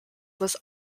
was